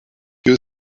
you